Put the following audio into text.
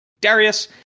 Darius